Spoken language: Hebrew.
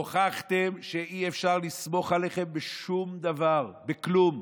הוכחתם שאי-אפשר לסמוך עליכם בשום דבר, בכלום.